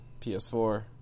PS4